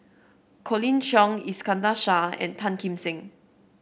Colin Cheong Iskandar Shah and Tan Kim Seng